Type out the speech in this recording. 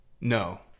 No